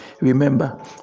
Remember